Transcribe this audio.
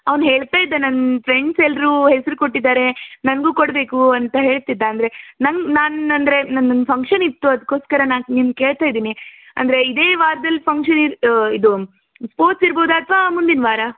ಅವ್ನು ಹೇಳ್ತಾ ಇದ್ದ ನನ್ನ ಫ್ರೆಂಡ್ಸ್ ಎಲ್ಲರೂ ಹೆಸರು ಕೊಟ್ಟಿದ್ದಾರೆ ನನಗೂ ಕೊಡಬೇಕು ಅಂತ ಹೇಳ್ತಿದ್ದ ಅಂದರೆ ನಾನಂದರೆ ನನ್ದೊಂದು ಫಂಕ್ಷನಿತ್ತು ಅದ್ಕೋಸ್ಕರ ನಾನು ನಿಮ್ಗೆ ಕೇಳ್ತಿದ್ದೀನಿ ಅಂದರೆ ಇದೇ ವಾರ್ದಲ್ಲಿ ಫಂಕ್ಷನಿರ್ ಇದು ಸ್ಪೋರ್ಟ್ಸ್ ಇರ್ಬೋದ ಅಥ್ವಾ ಮುಂದಿನ ವಾರ